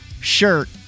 shirt